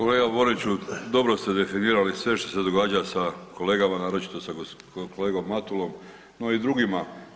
Kolega Boriću, dobro ste definirali sve što se događa sa kolegama, naročito sa kolegom Matulom, no i drugima.